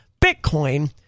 Bitcoin